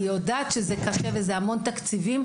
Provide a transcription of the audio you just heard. אני יודעת שזה קשה וזה המון תקציבים.